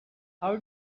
how